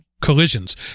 collisions